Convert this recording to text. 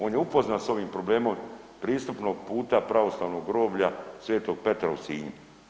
On je upoznat s ovim problemom pristupnog puta pravoslavnog groblja Sv. Petra u Sinju.